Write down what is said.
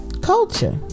Culture